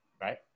right